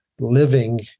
living